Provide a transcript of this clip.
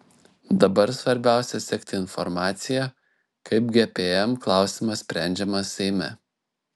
dabar svarbiausia sekti informaciją kaip gpm klausimas sprendžiamas seime